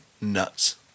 Nuts